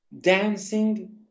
dancing